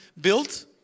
built